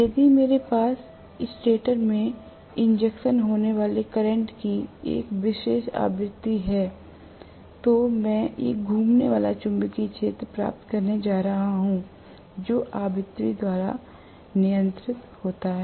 यदि मेरे पास स्टेटर में इंजेक्शन होने वाले करंट की एक विशेष आवृत्ति है तो मैं एक घूमने वाला चुंबकीय क्षेत्र प्राप्त करने जा रहा हूं जो आवृत्ति द्वारा नियंत्रित होता है